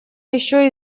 еще